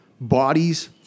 bodies